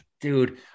dude